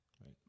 Right